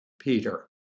Peter